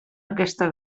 aquesta